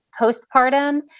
postpartum